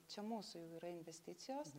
čia mūsų jau yra investicijos